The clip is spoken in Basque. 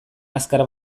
azkar